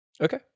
Okay